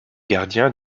gardien